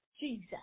Jesus